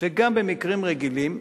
וגם במקרים רגילים,